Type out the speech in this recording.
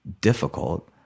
difficult